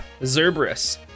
Zerberus